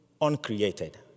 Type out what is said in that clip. uncreated